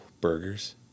Burgers